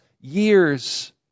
years